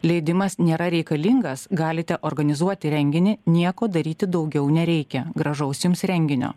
leidimas nėra reikalingas galite organizuoti renginį nieko daryti daugiau nereikia gražaus jums renginio